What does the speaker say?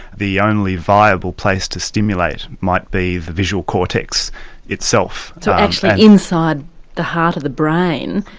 the only viable place to stimulate might be the visual cortex itself. so actually inside the heart of the brain.